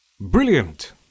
Brilliant